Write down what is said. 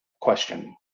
question